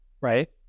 right